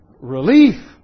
Relief